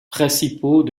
principaux